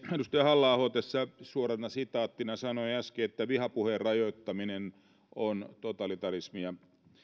edustaja halla aho tässä suorana sitaattina sanoi äsken että vihapuheen rajoittaminen on totalitarismia